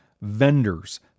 vendors